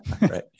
Right